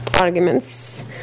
arguments